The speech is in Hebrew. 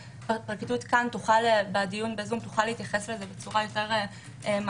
הפרקליטות בדיון בזום תוכל להתייחס לזה בצורה יותר מעמיקה